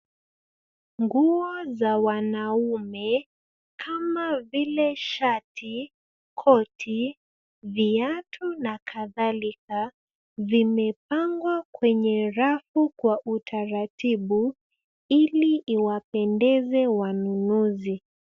Nguo za wanaume kama vile: shati, koti, viatu na kadhalika, vimepangwa kwenye rafu kwa utaratibu ili iwapendeze wanunuzi.